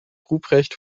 ruprecht